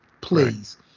please